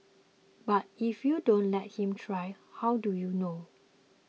but if you don't let him try how do you know